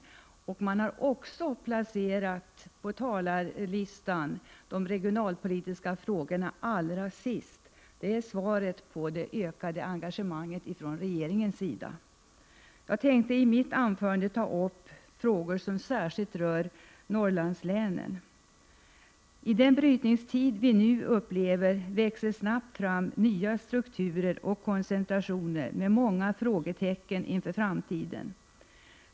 De talare som behandlar de regionalpolitiska frågorna har också placerats allra sist på talarlistan i denna allmänpolitiska debatt. Detta är svaret på vår önskan om ökat engagemang från regeringen. Jag tänkte i mitt anförande ta upp frågor som särskilt rör Norrlandslänen. I den brytningstid vi nu upplever växer nya strukturer och koncentrationer snabbt fram med många frågetecken inför framtiden.